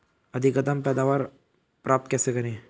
अधिकतम पैदावार प्राप्त कैसे करें?